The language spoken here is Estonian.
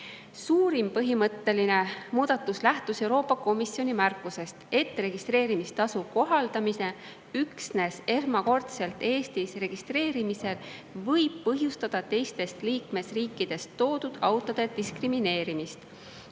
Suurim põhimõtteline muudatus lähtus Euroopa Komisjoni märkusest, et registreerimistasu kohaldamine üksnes esmakordselt Eestis registreerimisel võib põhjustada teistest liikmesriikidest toodud autode diskrimineerimist,